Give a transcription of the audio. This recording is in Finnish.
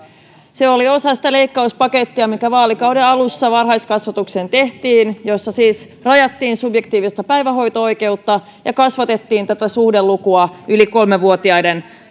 se oli osa sitä leikkauspakettia joka vaalikauden alussa varhaiskasvatukseen tehtiin jossa siis rajattiin subjektiivista päivähoito oikeutta ja kasvatettiin tätä suhdelukua yli kolme vuotiaiden